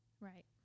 Right